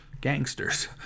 gangsters